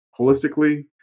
holistically